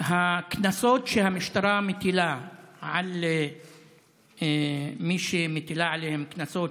הקנסות שהמשטרה מטילה על מי שהיא מטילה עליהם קנסות,